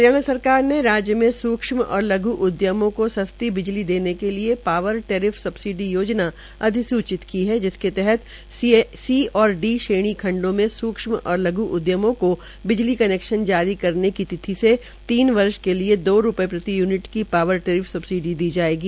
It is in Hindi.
हरियाणा सरकार ने राज्य में सूक्षम और लघ् उद्यमों को सस्ती बिजली देने के लिये पावर टैरिफ सबसिडी योजना अधिसूचित की है जिसके तहत सी आर डी श्रेणी खंडों में सूक्षम और लघ् उद्यमों को बिजली कनैक्शन जारी करने की तिथि से तीन वर्ष के लिए दो रूपये प्रतियूनिट की पावर टैरिफ सबसिडी प्रदान की जायेगी